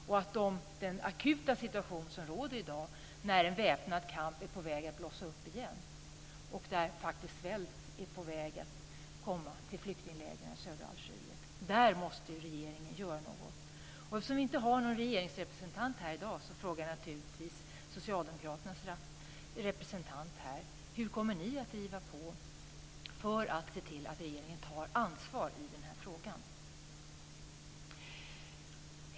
Det råder en akut situation i dag, när väpnad kamp är på väg att blossa upp igen. Svält är faktiskt på väg att drabba flyktinglägren i södra Algeriet. Där måste regeringen göra något. Eftersom vi inte har någon regeringsrepresentant här i dag frågar jag naturligtvis Socialdemokraternas representant här hur ni kommer att driva på för att se till att regeringen tar ansvar i denna fråga.